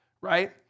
right